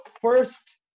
first